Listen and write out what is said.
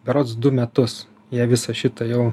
berods du metus jie visą šitą jau